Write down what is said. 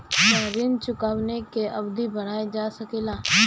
क्या ऋण चुकाने की अवधि बढ़ाईल जा सकेला?